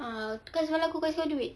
ah kan semalam aku kasih kau duit